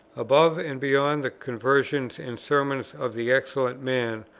above and beyond the conversations and sermons of the excellent man,